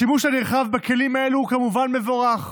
השימוש הנרחב בכלים האלה הוא כמובן מבורך,